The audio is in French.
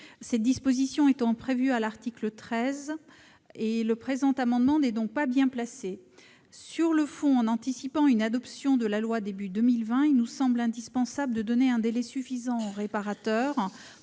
Cette disposition étant inscrite à l'article 13, le présent amendement n'est donc pas bien placé. Sur le fond, en anticipant une adoption de la loi au début de 2020, il nous semble indispensable de donner un délai suffisant aux réparateurs